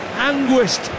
anguished